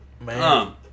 Man